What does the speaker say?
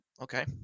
okay